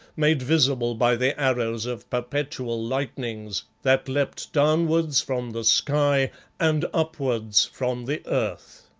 made visible by the arrows of perpetual lightnings that leapt downwards from the sky and upwards from the earth.